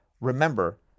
remember